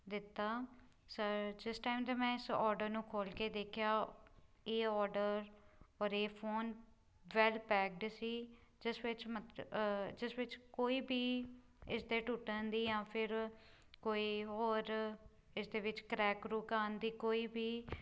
ਦਿੱਤਾ ਸਰ ਜਿਸ ਟਾਈਮ 'ਤੇ ਮੈਂ ਇਸ ਔਡਰ ਨੂੰ ਖੋਲ ਕੇ ਦੇਖਿਆ ਇਹ ਔਡਰ ਔਰ ਇਹ ਫੋਨ ਵੇੱਲ ਪੈਕਡ ਸੀ ਜਿਸ ਵਿੱਚ ਮਤ ਜਿਸ ਵਿੱਚ ਕੋਈ ਵੀ ਇਸਦੇ ਟੁੱਟਣ ਦੀ ਜਾਂ ਫਿਰ ਕੋਈ ਹੋਰ ਇਸ ਦੇ ਵਿੱਚ ਕਰੈਕ ਕਰੂਕ ਆਉਣ ਦੀ ਕੋਈ ਵੀ